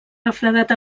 refredat